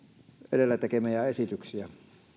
edellä tekemiä esityksiä